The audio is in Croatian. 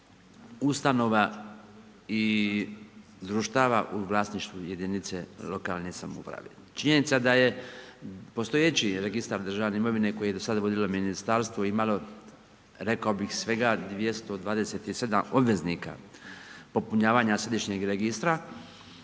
ustanova i društava u vlasništvu jedinice lokalne samouprave. Činjenica da je, postojeći registar državne imovine koju je do sada vodilo ministarstvo imalo, rekao bih svega 227 obveznika popunjavanja središnjeg registra